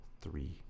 three